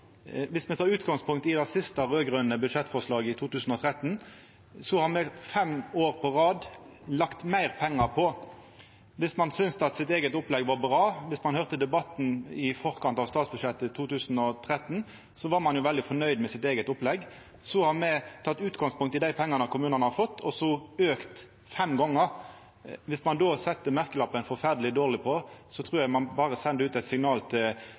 Viss me tek utgangspunkt i det siste raud-grøne budsjettforslaget, i 2013, har me fem år på rad lagt til meir pengar. Ein syntest at eige opplegg var bra, det høyrde ein i debatten i forkant av statsbudsjettet 2013 – då var ein veldig fornøgd med eige opplegg. Me har teke utgangspunkt i dei pengane kommunane har fått, og auka fem gonger. Viss ein då set merkelappen forferdeleg dårleg på det, trur eg ein berre sender ut signal til